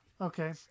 okay